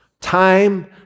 Time